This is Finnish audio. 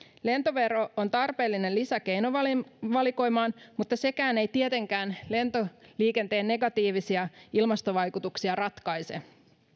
lentovero on tarpeellinen lisä keinovalikoimaan mutta sekään ei tietenkään lentoliikenteen negatiivisia ilmastovaikutuksia ratkaise